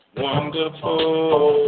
wonderful